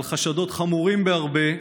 על חשדות חמורים בהרבה,